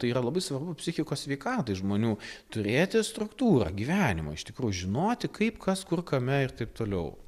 tai yra labai svarbu psichikos sveikatai žmonių turėti struktūrą gyvenimą iš tikrųjų žinoti kaip kas kur kame ir taip toliau